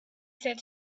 said